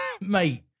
mate